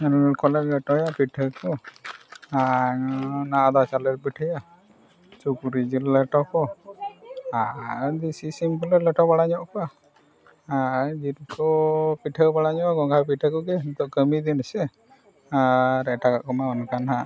ᱠᱚᱞᱮ ᱞᱮᱴᱚᱭᱟ ᱯᱤᱴᱷᱟᱹ ᱠᱚ ᱟᱨ ᱟᱫᱣᱟ ᱪᱟᱣᱞᱮ ᱞᱮ ᱯᱤᱴᱷᱟᱹᱭᱟ ᱥᱩᱠᱨᱤ ᱡᱤᱞ ᱞᱮᱴᱚ ᱠᱚ ᱟᱨ ᱫᱮᱥᱤ ᱥᱤᱢ ᱠᱚᱞᱮ ᱞᱮᱴᱚ ᱵᱟᱲᱟ ᱧᱚᱜ ᱠᱚᱣᱟ ᱟᱨ ᱡᱤᱞ ᱠᱚ ᱯᱤᱴᱷᱟᱹ ᱵᱟᱲᱟ ᱧᱚᱜᱼᱟ ᱜᱚᱜᱷᱟ ᱯᱤᱴᱷᱟᱹ ᱠᱚᱜᱮ ᱱᱤᱛᱚᱜ ᱠᱟᱹᱢᱤ ᱫᱤᱱ ᱥᱮ ᱟᱨ ᱮᱴᱟᱜᱟᱜ ᱠᱚᱢᱟ ᱚᱱᱠᱟ ᱱᱟᱦᱟᱜ